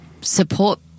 support